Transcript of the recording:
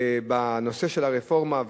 בנושא של הרפורמה,